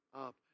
up